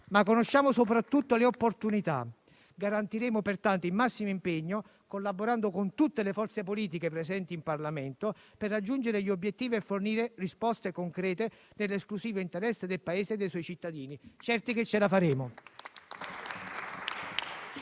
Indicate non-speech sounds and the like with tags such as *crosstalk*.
ma conosciamo soprattutto le opportunità. *applause* Garantiremo pertanto il massimo impegno, collaborando con tutte le forze politiche presenti in Parlamento, per raggiungere gli obiettivi e fornire risposte concrete nell'esclusivo interesse del Paese e dei suoi cittadini, certi che ce la faremo.